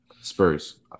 spurs